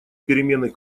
перемены